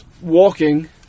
walking